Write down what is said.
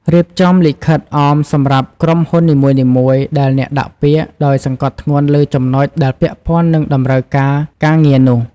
រៀបចំលិខិតអមសម្រាប់ក្រុមហ៊ុននីមួយៗដែលអ្នកដាក់ពាក្យ ដោយសង្កត់ធ្គន់លើចំណុចដែលពាក់ព័ន្ធនឹងតម្រូវការការងារនោះ។